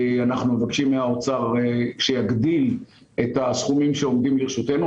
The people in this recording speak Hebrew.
אנחנו מבקשים מהאוצר שיגדיל את הסכומים שעומדים לרשותנו.